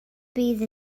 bydd